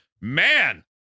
man